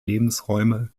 lebensräume